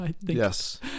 Yes